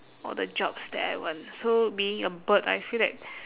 all the jobs that I want so being a bird I feel that